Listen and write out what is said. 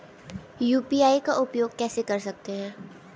UPI का उपयोग कैसे कर सकते हैं?